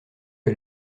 que